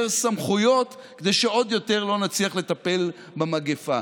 סמכויות כדי שעוד יותר לא נצליח לטפל במגפה.